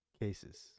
cases